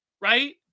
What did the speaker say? right